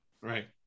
Right